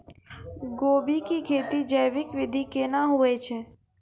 गोभी की खेती जैविक विधि केना हुए छ?